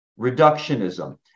reductionism